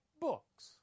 books